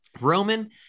Roman